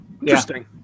Interesting